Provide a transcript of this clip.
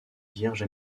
vierges